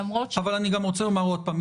למרות ש --- אבל אני גם רוצה לומר עוד פעם.